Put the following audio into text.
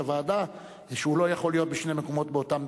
הוועדה שהוא לא יכול להיות בשני מקומות באותו